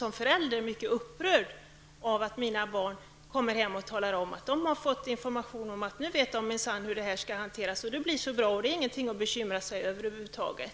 Jag blir mycket upprörd som förälder när mina barn kommer hem och talar om att de har fått information och säger att nu vet de minsann hur detta skall hanteras -- det blir så bra, och det är ingenting att bekymra sig om över huvud taget.